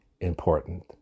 important